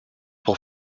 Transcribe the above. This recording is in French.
pour